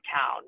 town